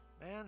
man